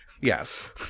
Yes